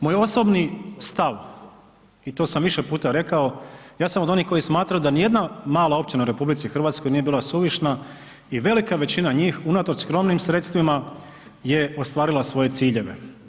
Moj osobni stav i to sam više puta rekao, ja sam od onih koji smatraju da ni jedna mala općina u RH nije bila suvišna i velika većina njih unatoč skromnim sredstvima je ostvarila svoje ciljeve.